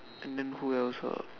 and then who else ah